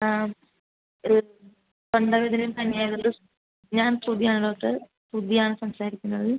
ആ ഇത് തൊണ്ട വേദനയും പനി ആയത് കൊണ്ട് ഞാൻ ശ്രുതി ആണ് ഡോക്ടർ ശ്രുതി ആണ് സംസാരിക്കുന്നത്